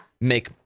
make